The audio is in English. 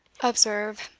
observe,